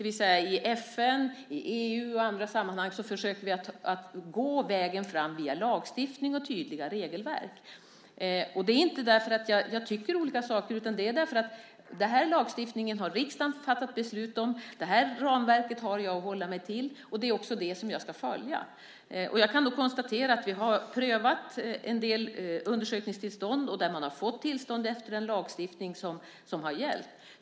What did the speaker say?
I FN, i EU och i andra sammanhang försöker vi gå vägen fram via lagstiftning och tydliga regelverk. Det handlar inte om att jag tycker olika saker, utan den här lagstiftningen har riksdagen fattat beslut om, det här ramverket har jag att hålla mig till och det är också det som jag ska följa. Jag kan konstatera att vi har prövat en del undersökningstillstånd, och där har man fått tillstånd efter den lagstiftning som har gällt.